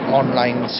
online